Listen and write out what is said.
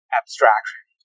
abstraction